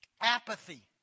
apathy